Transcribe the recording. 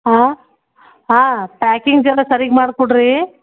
ಹಾಂ ಹಾಂ ಪ್ಯಾಕಿಂಗ್ಸ್ ಎಲ್ಲ ಸರಿಗಿ ಮಾಡ್ಕೊಡ್ರಿ